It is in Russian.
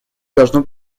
должно